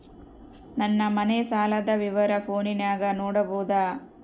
ನನ್ನ ಮನೆ ಸಾಲದ ವಿವರ ಫೋನಿನಾಗ ನೋಡಬೊದ?